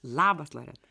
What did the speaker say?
labas loreta